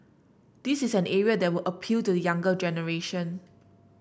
this is an area that would appeal to the younger generation